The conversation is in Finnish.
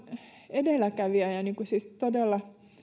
edelläkävijä ja siis todella